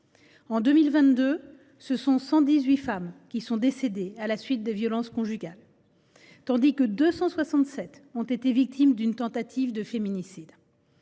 En 2022, ce sont 118 femmes qui sont décédées à la suite de violences conjugales, tandis que 267 autres ont été victimes d’une tentative de féminicide.